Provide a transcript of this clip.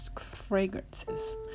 fragrances